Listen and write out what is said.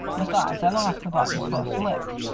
besides i lost the buttons, fust lick.